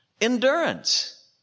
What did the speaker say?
endurance